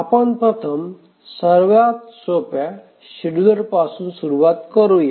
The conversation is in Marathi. आपण प्रथम सर्वात सोप्या शेड्युलरपासून सुरुवात करुया